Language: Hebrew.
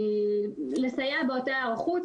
לסייע באותה היערכות,